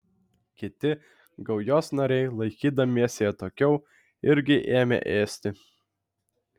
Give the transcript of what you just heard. kiti gaujos nariai laikydamiesi atokiau irgi ėmė ėsti